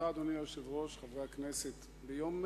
אדוני היושב-ראש, תודה, חברי הכנסת, ביום